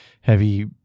heavy